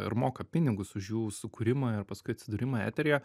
ir moka pinigus už jų sukūrimą ir paskui atsidūrimą eteryje